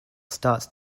starts